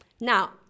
Now